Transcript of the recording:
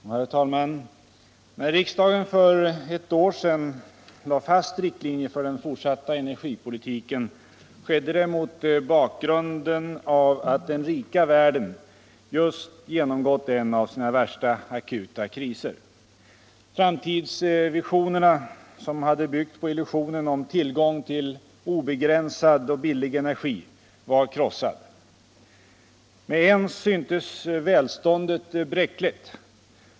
Herr talman! När riksdagen för ett år sedan lade fast riktlinjer för den fortsatta energipolitiken skedde det mot bakgrund av att den rika världen just genomgått en av sina värsta akuta kriser. Framtidsvisionerna, som hade byggt på illusionen om tillgång till obegränsad och billig energi, var krossade. Med ens syntes välståndet bräckligt.